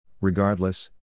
regardless